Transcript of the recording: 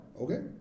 okay